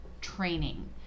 training